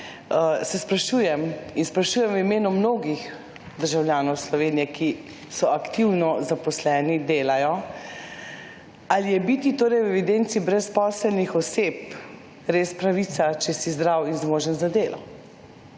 Se sprašujem in sprašujem v imenu mnogih državljanov Slovenije, ki so aktivno zaposleni, delajo, ali je biti torej v evidenci brezposelnih oseb res pravica, če si zdrav in zmožen za delo?